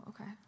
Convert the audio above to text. okay